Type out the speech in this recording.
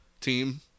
team